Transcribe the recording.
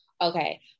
okay